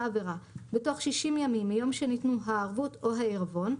עבירה בתוך 60 ימים מיום שניתנו הערבות או העירבון,